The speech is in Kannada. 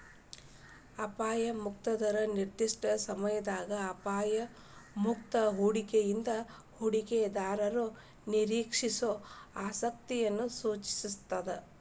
ಅಪಾಯ ಮುಕ್ತ ದರ ನಿರ್ದಿಷ್ಟ ಸಮಯದಾಗ ಅಪಾಯ ಮುಕ್ತ ಹೂಡಿಕೆಯಿಂದ ಹೂಡಿಕೆದಾರರು ನಿರೇಕ್ಷಿಸೋ ಆಸಕ್ತಿಯನ್ನ ಸೂಚಿಸ್ತಾದ